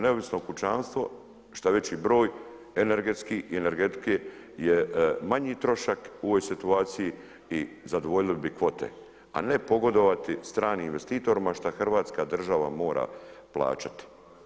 Neovisno pučanstvo, šta veći broj energetski i energetike je manji trošak u ovoj situaciji i zadovoljili bi kvote, a ne pogodovati stranim investitorima šta Hrvatska država mora plaćati.